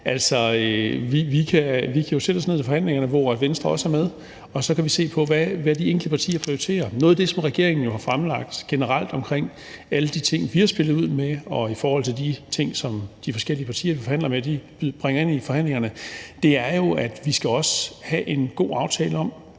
Altså, vi kan jo sætte os ned ved forhandlingerne, hvor Venstre også er med, og så kan vi se på, hvad de enkelte partier prioriterer. Noget af det, som regeringen jo har fremlagt generelt omkring alle de ting, vi har spillet ud med, og i forhold til de ting, som de forskellige partier, vi forhandler med, bringer ind i forhandlingerne, er jo, at vi også skal have en god aftale om,